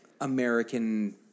American